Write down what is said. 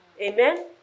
Amen